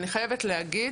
אני חייבת להגיד